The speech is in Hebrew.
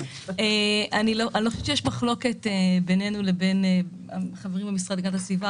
אני לא חושבת שיש מחלוקת בינינו לבין החברים במשרד להגנת הסביבה.